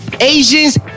Asians